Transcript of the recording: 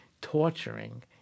torturing